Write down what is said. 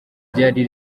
ryari